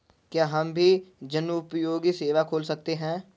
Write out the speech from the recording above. क्या हम भी जनोपयोगी सेवा खोल सकते हैं?